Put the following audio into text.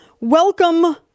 Welcome